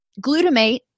glutamate